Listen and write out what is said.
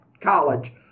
college